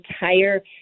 entire